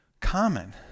common